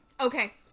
okay